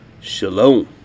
shalom